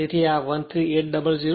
તેથી આ 13800 43